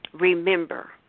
Remember